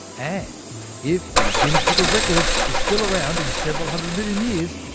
and if the guinness book of records is still around in several hundred million years,